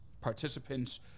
participants